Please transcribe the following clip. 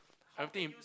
I don't think